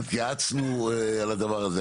התייעצנו על הדבר הזה,